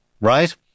Right